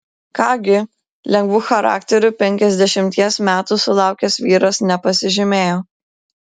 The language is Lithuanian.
ką gi lengvu charakteriu penkiasdešimties metų sulaukęs vyras nepasižymėjo